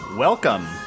Welcome